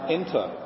enter